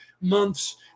months